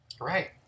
Right